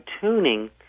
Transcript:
tuning